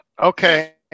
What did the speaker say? Okay